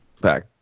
back